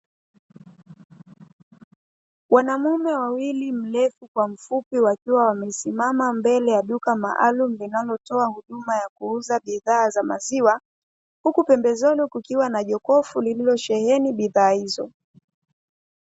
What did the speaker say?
Wanamume wawili mrefu kwa mfupi wakiwa wamesimama mbele ya duka maalumu linalotoa huduma ya kuuza bidhaa za maziwa, huku pembezoni kukiwa na jokofu liliilosheheni bidhaa hizo.